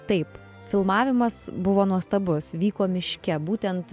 taip filmavimas buvo nuostabus vyko miške būtent